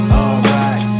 alright